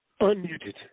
Unmuted